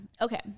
Okay